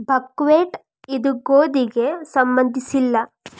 buckwheat ಇದು ಗೋಧಿಗೆ ಸಂಬಂಧಿಸಿಲ್ಲ